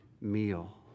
meal